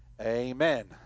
Amen